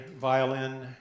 violin